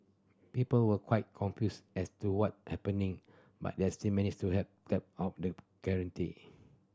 people were quite confused as to what happening but they are still managed to have tap of the